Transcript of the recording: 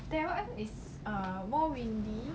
that one is err more windy